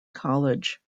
college